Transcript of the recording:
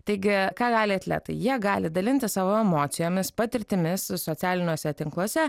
taigi ką gali atletai jie gali dalintis savo emocijomis patirtimis socialiniuose tinkluose